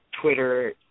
Twitter